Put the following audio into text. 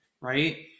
right